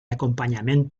acompanyament